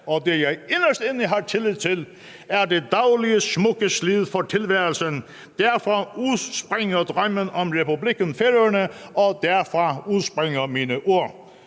og det jeg inderst inde har tillid til, er det daglige smukke slid for tilværelsen. Derfra udspringer drømmen om Republikken Færøerne, og derfra udspringer mine ord.